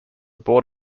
board